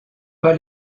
pas